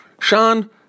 Sean